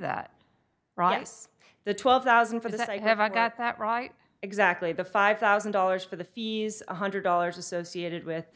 that brought us the twelve thousand for that i have got that right exactly the five thousand dollars for the fees one hundred dollars associated with